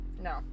No